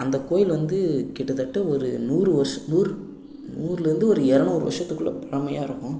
அந்த கோவில் வந்து கிட்டத்தட்ட ஒரு நூறு வருஷம் நூறு நூறுலேருந்து ஒரு இரநூறு வருஷத்துக்குள்ள பழமையாக இருக்கும்